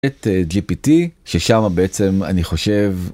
‏את gpt, ששמה, בעצם, אני חושב...